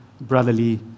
brotherly